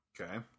Okay